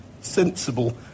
sensible